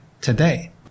today